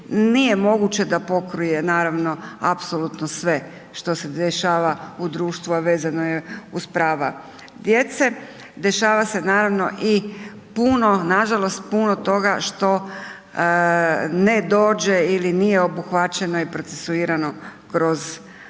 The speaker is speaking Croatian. nije moguće da pokrije naravno apsolutno sve što se dešava u društvu a vezano je uz prava djece, dešava se naravno i puno, nažalost puno toga što ne dođe ili nije obuhvaćeno i procesuirano kroz ured